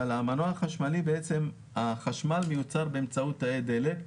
אבל החשמל מיוצר באמצעות תאי דלק,